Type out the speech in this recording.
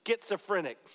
schizophrenic